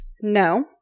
No